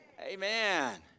Amen